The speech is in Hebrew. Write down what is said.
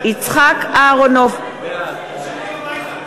סעיף 98,